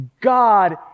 God